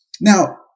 Now